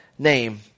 name